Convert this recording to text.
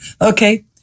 okay